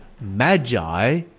Magi